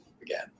again